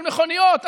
על מכוניות,